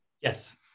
yes